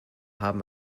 haben